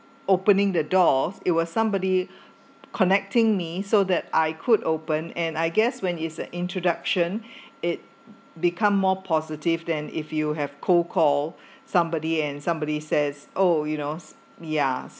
opening the doors it was somebody connecting me so that I could open and I guess when it's an introduction it become more positive than if you have cold call somebody and somebody says oh you know ya